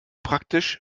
praktisch